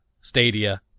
Stadia